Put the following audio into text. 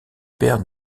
père